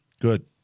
Good